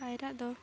ᱯᱟᱭᱨᱟᱜ ᱫᱚ